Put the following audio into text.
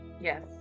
Yes